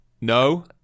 No